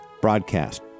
broadcast